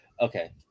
Okay